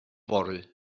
fory